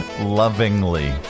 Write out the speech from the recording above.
lovingly